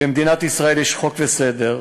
במדינת ישראל יש חוק וסדר,